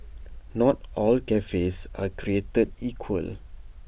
not all cafes are created equal